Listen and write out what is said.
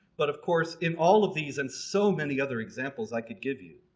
but of course in all of these and so many other examples i could give you.